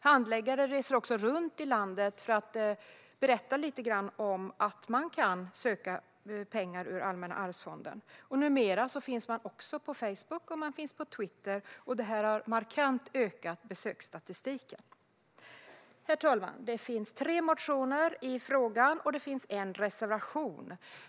Handläggare reser också runt i landet för att berätta om möjligheten att söka pengar ur Allmänna arvsfonden. Numera finns man också på både Facebook och Twitter, vilket har ökat besöksstatistiken markant. Herr talman! Det finns tre motioner i ärendet och en reservation.